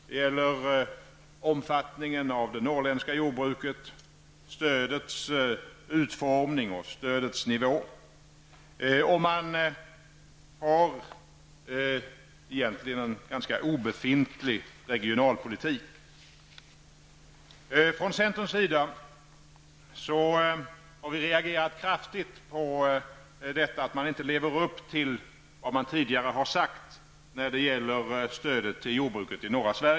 Det gäller omfattningen av det norrländska jordbruket, stödets utformning och stödets nivå. Man har egentligen en ganska obefintlig regionalpolitik. Från centerns sida har vi reagerat kraftigt mot att man inte lever upp till vad man tidigare har sagt när det gäller stödet till jordbruket i norra Sverige.